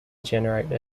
generate